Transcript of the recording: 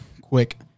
Quick